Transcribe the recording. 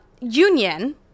union